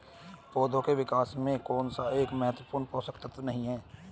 पौधों के विकास में कौन सा एक महत्वपूर्ण पोषक तत्व नहीं है?